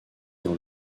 dans